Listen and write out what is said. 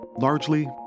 largely